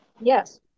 Yes